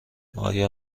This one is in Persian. آیا